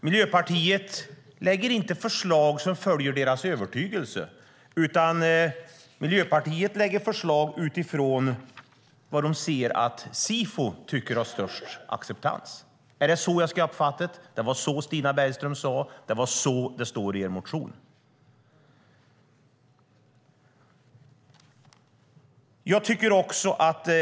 Miljöpartiet lägger inte fram förslag som följer deras övertygelse, utan Miljöpartiet lägger fram förslag utifrån vad Sifo anser har störst acceptans. Är det så jag ska uppfatta det? Det var så Stina Bergström sade. Det är så det står i Miljöpartiets motion.